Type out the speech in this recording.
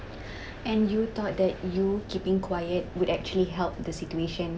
and you thought that you keeping quiet would actually help the situation